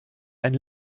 ein